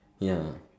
ya